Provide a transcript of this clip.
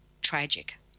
tragic